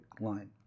line